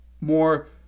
more